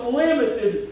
limited